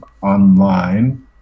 online